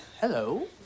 Hello